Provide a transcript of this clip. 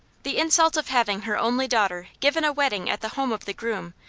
the insult of having her only daughter given a wedding at the home of the groom,